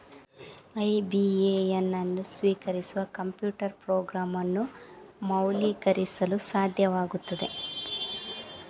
IBAN ಅನ್ನು ಸ್ವೀಕರಿಸುವ computer program ಅನ್ನು ಮೌಲ್ಯೀಕರಿಸಲು ಸಾಧ್ಯವಾಗುತ್ತದೆ